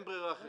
אין ברירה.